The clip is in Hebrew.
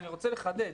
אני רוצה לחדד.